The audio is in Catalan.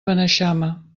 beneixama